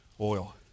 oil